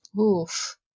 Oof